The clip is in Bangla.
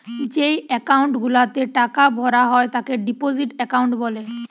যেই একাউন্ট গুলাতে টাকা ভরা হয় তাকে ডিপোজিট একাউন্ট বলে